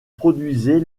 produisait